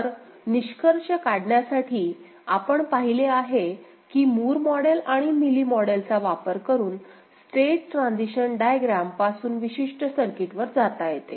तर निष्कर्ष काढण्यासाठी आपण पाहिले आहे की मूर मॉडेल आणि मिली मॉडेलचा वापर करून स्टेट ट्रान्झिशन डायग्रॅम पासून विशिष्ट सर्किटवर जाता येते